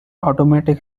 automatic